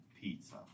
pizza